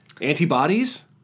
Antibodies